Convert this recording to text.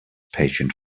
patient